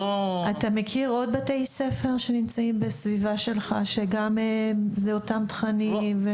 אתה מכיר עוד בתי ספר שנמצאים בסביבה שלך שגם שם יש את אותם תכנים?